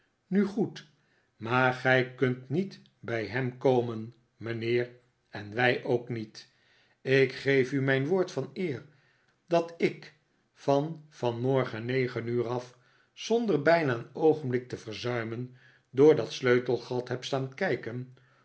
nu goed maar gij kunt niet bij hem komen mijnheer en wij ook niet ik geef u mijn woord van eer dat ik van vanmorgen negen uur af zonder bij na een oogenblik te verzuimen door dat sleutelgat heb staan kijken